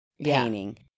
painting